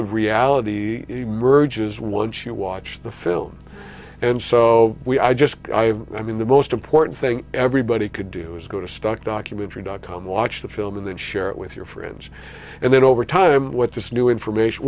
of reality a merges once you watch the film and so we i just i mean the most important thing everybody could do is go to stock documentary dot com watch the film and then share it with your friends and then over time what this new information